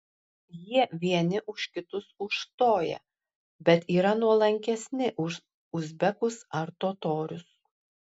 jie vieni už kitus užstoja bet yra nuolankesni už uzbekus ar totorius